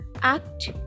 act